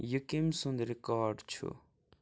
یہِ کٔمۍ سُنٛد رِکاڈ چھُ